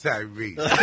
Tyrese